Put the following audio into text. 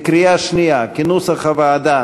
כנוסח הוועדה,